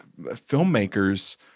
filmmakers